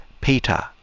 Peter